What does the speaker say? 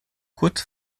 kurz